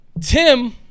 Tim